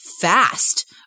fast